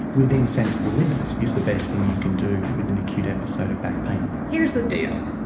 within sensible limits, is the best thing you can do with an acute episode of back pain. here's the deal